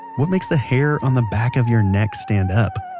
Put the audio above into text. what makes the hair on the back of your neck stand up?